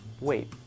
wait